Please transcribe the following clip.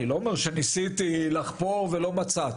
אני לא אומר שחפרתי ולא מצאתי.